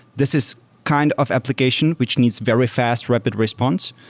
this is kind of application which needs very fast rapid response.